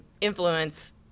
influence